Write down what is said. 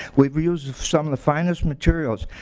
we we use some of the finest materials.